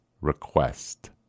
request